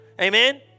Amen